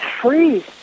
free